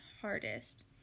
hardest